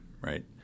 right